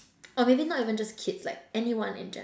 or maybe not even just kids like anyone in general